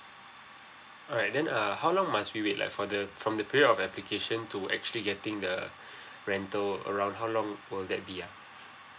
alright then err how long must we wait like for the from the period of application to actually getting the rental around how long will that be ah